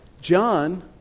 John